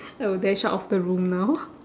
I will dash out of the room now